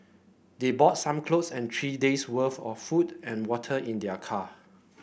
they bought some clothes and three days' worth of food and water in their car